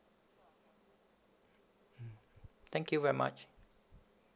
mm thank you very much